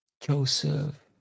Joseph